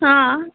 हाँ